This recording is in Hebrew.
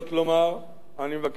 אני מבקש להביע צער